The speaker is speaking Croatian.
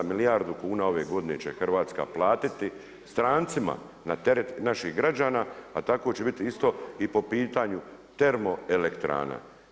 Milijardu kuna ove godine će Hrvatska platiti strancima na teret naših građana, a tako će biti isto i po pitanju termoelektrana.